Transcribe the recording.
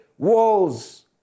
walls